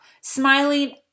Smiling